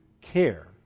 care